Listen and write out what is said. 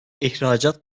i̇hracat